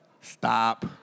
Stop